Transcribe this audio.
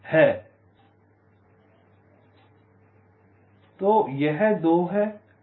तो यह 2 है